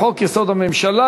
לחוק-יסוד: הממשלה.